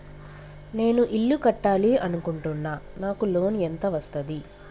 నేను ఇల్లు కట్టాలి అనుకుంటున్నా? నాకు లోన్ ఎంత వస్తది?